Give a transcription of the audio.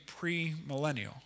premillennial